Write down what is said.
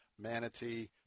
Manatee